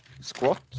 squat